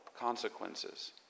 consequences